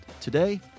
Today